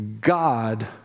God